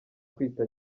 kwita